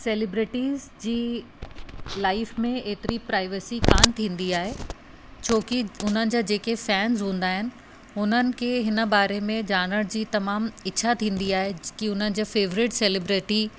celebrities जी life में एतरी प्राइवेसी कोन थींदी आहे छो की हुननि जा जेके फैन्स हूंदा आहिनि हुननि खे हिन बारे में ॼाणण जी तमाम इच्छा थींदी आहे की उन्हनि जा फेवरेट सेलिब्रिटी